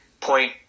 point